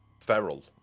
feral